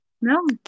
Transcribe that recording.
No